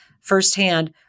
firsthand